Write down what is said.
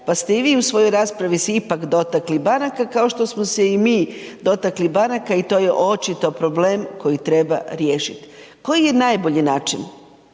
pa ste i vi u svojoj raspravi se ipak dotakli banaka, kao što smo se i mi dotakli banaka i to je očito problem koji treba riješiti. Koji je najbolji način?